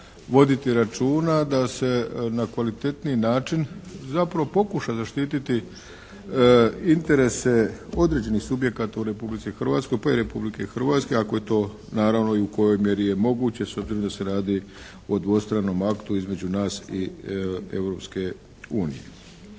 voditi računa da se na kvalitetniji način zapravo pokuša zaštiti interese određenih subjekata u Republici Hrvatskoj, pa i Republike Hrvatske ako je to naravno i u kojoj mjeri je moguće, s obzirom da se radi o dvostranom aktu između nas i